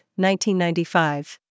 1995